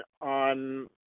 on